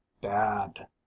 bad